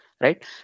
right